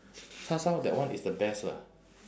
char shao that one is the best lah